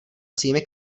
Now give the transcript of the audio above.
svými